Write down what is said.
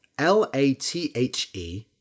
L-A-T-H-E